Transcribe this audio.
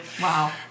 Wow